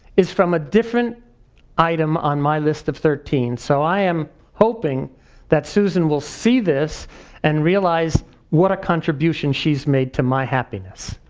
is from a different item on my list of thirteen. so i am hoping that susan will see this and realize what a contribution she's made to my happiness.